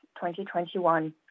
2021